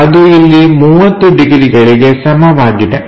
ಅದು ಇಲ್ಲಿ 30 ಡಿಗ್ರಿಗಳಿಗೆ ಸಮವಾಗಿದೆ